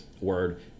word